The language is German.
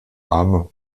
arme